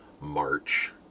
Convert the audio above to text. March